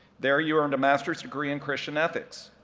there, you earned a master's degree in christian ethics,